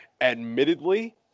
admittedly